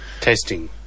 Testing